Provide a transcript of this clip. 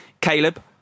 Caleb